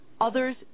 Others